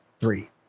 three